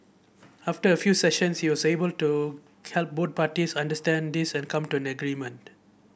after a few sessions he was able to help both parties understand this and come to an agreement